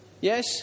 yes